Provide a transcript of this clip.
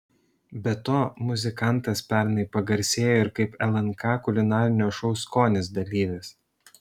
be to muzikantas pernai pagarsėjo ir kaip lnk kulinarinio šou skonis dalyvis